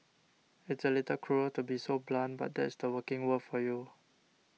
it's a little cruel to be so blunt but that's the working world for you